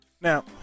Now